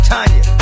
Tanya